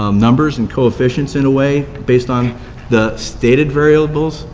um numbers and coefficients in a way based on the stated variables.